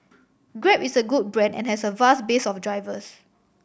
Grab is a good brand and has a vast base of drivers